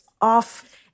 off